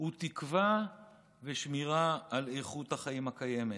הוא תקווה ושמירה על איכות החיים הקיימת.